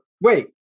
wait